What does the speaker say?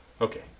Okay